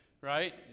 right